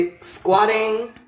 squatting